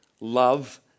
love